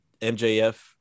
MJF